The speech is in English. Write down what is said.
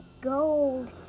gold